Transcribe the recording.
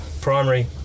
primary